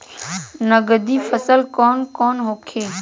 नकदी फसल कौन कौनहोखे?